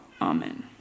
Amen